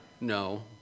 No